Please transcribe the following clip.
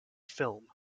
film